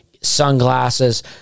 sunglasses